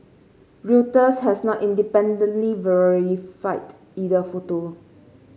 reuters has not independently verified either photo